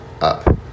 up